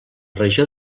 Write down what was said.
regió